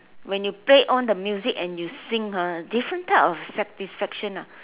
when you play on the music and you sing ah different type of satisfaction ah